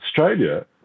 Australia